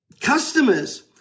customers